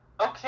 okay